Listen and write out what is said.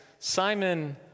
Simon